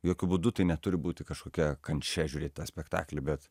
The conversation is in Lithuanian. jokiu būdu tai neturi būti kažkokia kančia žiūrėt tą spektaklį bet